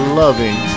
loving